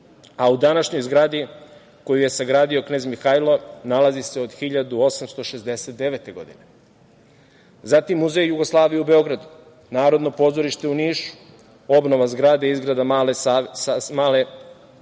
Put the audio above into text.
a u današnjoj zgradi koju je sagradio knez Mihajlo, nalazi se od 1869. godine. Zatim, Muzej Jugoslavije u Beogradu, Narodno pozorište u Nišu, obnova zgrade i izrada male scene,